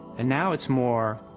and now it's more,